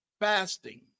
fasting